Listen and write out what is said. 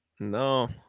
No